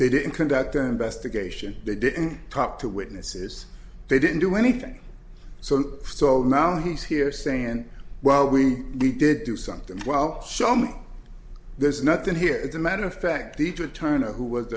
they didn't conduct an investigation they didn't talk to witnesses they didn't do anything so so now he's here saying well we did do something well show me there's nothing here it's a matter of fact the to turn to who was